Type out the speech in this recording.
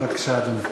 בבקשה, אדוני.